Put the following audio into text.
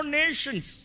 nations